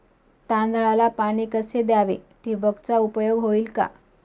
तांदळाला पाणी कसे द्यावे? ठिबकचा उपयोग होईल का?